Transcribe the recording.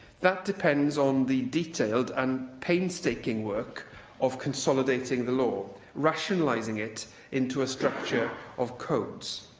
that depends on the detailed and painstaking work of consolidating the law rationalising it into a structure of codes.